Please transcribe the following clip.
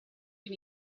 can